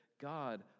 God